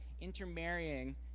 intermarrying